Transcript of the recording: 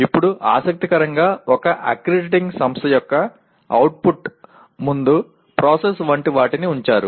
ఇప్పుడు ఆసక్తికరంగా ఒక అక్రిడిటింగ్ సంస్థ కూడా అవుట్పుట్ ముందు ప్రాసెస్ వంటి వాటిని ఉంచారు